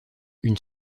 une